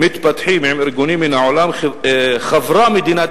מתפתחים עם ארגונים מן העולם חברה מדינת